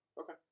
Okay